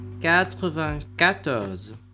quatre-vingt-quatorze